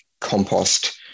compost